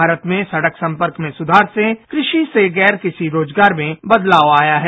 भारत में सड़क संपर्क में सूधार से क्रवि से गैर कृषि रोजगार में बदलाव आया है